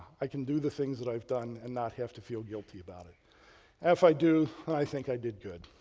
i can do the things that i've done and not have to feel guilty about it. and if i do, then i think i did good.